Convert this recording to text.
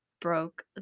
broke